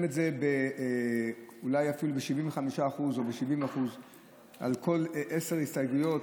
את זה אולי ב-75% או ב-70% על כל עשר הסתייגויות,